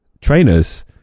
trainers